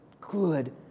good